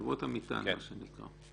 חברות המטען מה שנקרא.